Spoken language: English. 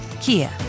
Kia